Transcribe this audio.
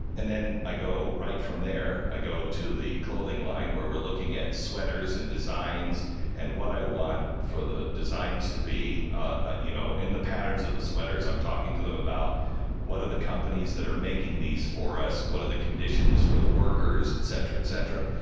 and then i go right from there, i go to the clothing line where we're looking at sweaters and designs and what i want for the designs to be. be. ah you know, in the patterns of the sweaters i'm talking to them about what are the companies that are making these for us, what are the conditions for the workers, etc, etc.